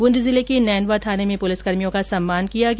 बूंदी जिले के नैनवा थाने में पुलिसकर्मियों का सम्मान किया गया